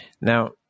Now